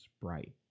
bright